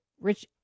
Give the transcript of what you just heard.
Rich